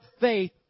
faith